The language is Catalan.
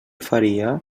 faria